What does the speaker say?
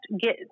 get